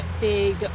big